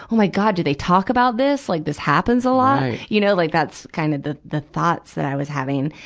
oh my god! do they talk about this? like, this happens a lot? you know, like that's kind of the, the thoughts that i was having.